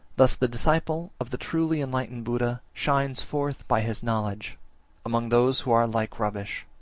thus the disciple of the truly enlightened buddha shines forth by his knowledge among those who are like rubbish,